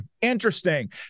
Interesting